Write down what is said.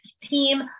team